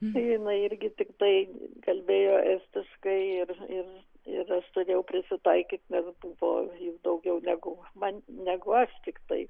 tai jinai irgi tiktai kalbėjoestiškai ir ir ir aš turėjau prisitaikyt nes buvo jų daugiau negu man negu aš tiktai